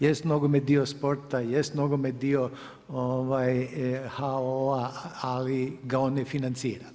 Jest nogomet dio sporta, jest nogomet dio HOO-a ali ga on ne financira.